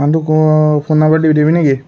মানুহটোৰ phone number দিবি দিবি নেকি